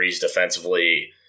defensively